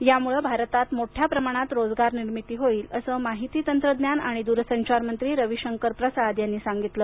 यामूळं भारतात मोठ्या प्रमाणात रोजगार निर्मिती होईल असं माहिती तंत्रज्ञान आणि दूरसंचार मंत्री रवीशंकर प्रसाद यांनी सांगितलं